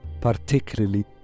particularly